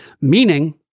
Meaning